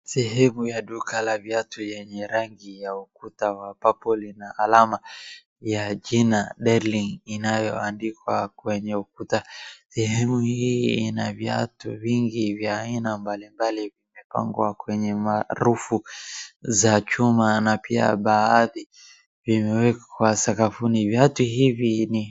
Sehemu ya duka la viatu yenye rangi wa ukuta ya purple , yenye alama ya jina Darling yenye inayoandikwa kwenye ukuta. Sehemu hii ina viatu vingi vya aina mbali mbali zimepangwa kwenye marufu za chuma na pia baadhi zimewekwa sakafuni. Viatu hivi ni..